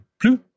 plus